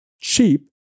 cheap